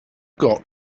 got